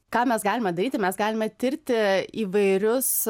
ką mes galime daryti mes galime tirti įvairius